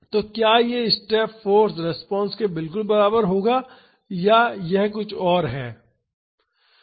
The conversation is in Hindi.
तो क्या यह स्टेप फाॅर्स रिस्पांस के बिल्कुल बराबर होगा या यह कुछ और है